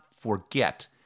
Forget